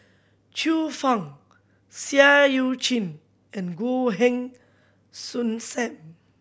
Xiu Fang Seah Eu Chin and Goh Heng Soon Sam